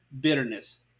bitterness